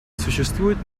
существует